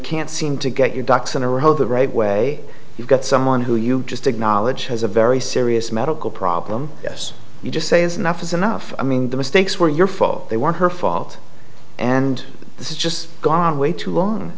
can't seem to get your ducks in a row the right way you've got someone who you just acknowledged has a very serious medical problem yes you just say is enough is enough i mean the mistakes were your fault they weren't her fault and this is just gone way too long